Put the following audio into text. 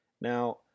Now